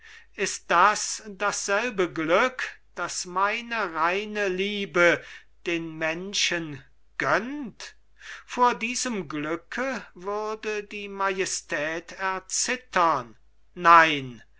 ist das dasselbe glück das meine reine liebe den menschen gönnt vor diesem glücke würde die majestät erzittern nein